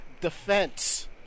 defense